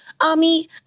Ami